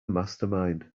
mastermind